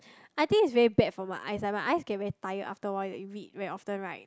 I think it's very bad for my eyes like my eyes get very tired after awhile you read very often right